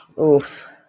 oof